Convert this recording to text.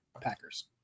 Packers